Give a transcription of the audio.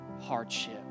hardship